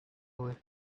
whiff